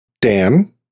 Dan